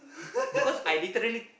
because I literally